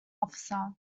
officer